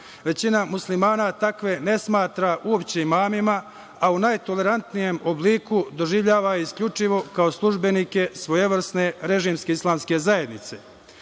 Većina muslimana takve ne smatra uopšte imamima, a u najtolerantnijem obliku doživljava ih isključivo kao službenike svojevrsne režimske islamske zajednice. Neophodno